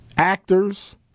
Actors